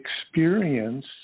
experience